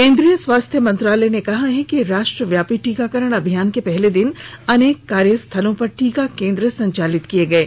केन्द्रीय स्वास्थ्य मंत्रालय ने कहा है कि राष्ट्रव्यापी टीकाकरण अभियान के पहले दिन अनेक कार्य स्थलों पर टीका केन्द्र संचालित किये गये